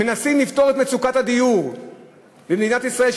מנסים לפתור את מצוקת הדיור במדינת ישראל,